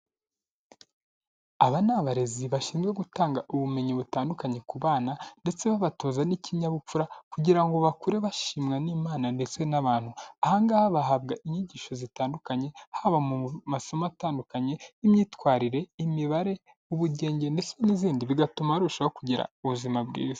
Aba ni abarezi bashinzwe gutanga ubumenyi butandukanye ku bana ndetse babatoza n'ikinyabupfura kugira ngo bakure bashimwa n'Imana ndetse n'abantu. Aha ngaha bahabwa inyigisho zitandukanye, haba mu masomo atandukanye n'imyitwarire, imibare, ubugenge ndetse n'izindi, bigatuma barushaho kugira ubuzima bwiza.